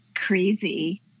Crazy